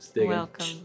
Welcome